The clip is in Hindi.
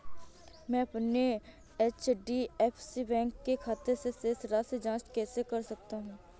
मैं अपने एच.डी.एफ.सी बैंक के खाते की शेष राशि की जाँच कैसे कर सकता हूँ?